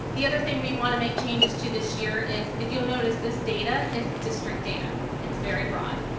the other thing we wanna make changes to this year is, if you'll notice, this data is district data, it's very broad.